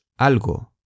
algo